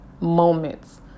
moments